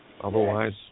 Otherwise